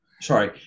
sorry